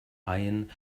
iron